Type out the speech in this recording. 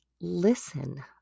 Listen